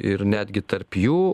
ir netgi tarp jų